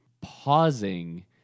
pausing